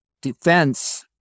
defense